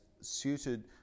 suited